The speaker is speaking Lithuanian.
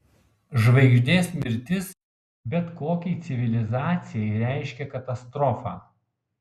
žvaigždės mirtis bet kokiai civilizacijai reiškia katastrofą